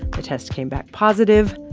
the test came back positive,